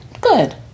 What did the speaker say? Good